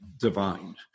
divine